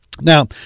Now